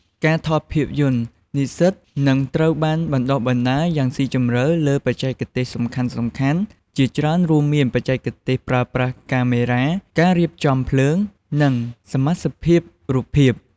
ការថតភាពយន្ត និស្សិតនឹងត្រូវបានបណ្ដុះបណ្ដាលយ៉ាងស៊ីជម្រៅលើ បច្ចេកទេសសំខាន់ៗ ជាច្រើនរួមមានបច្ចេកទេសប្រើប្រាស់កាមេរ៉ា ការរៀបចំភ្លើង និងសមាសភាពរូបភាព។